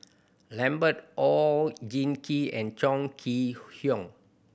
Lambert Oon Jin Gee and Chong Kee Hiong